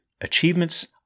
achievements